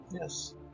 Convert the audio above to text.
Yes